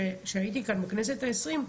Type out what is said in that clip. כשהייתי כאן בכנסת ה-20,